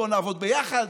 בואו נעבוד ביחד,